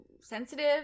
sensitive